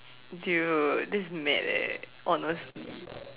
dude this is mad eh honestly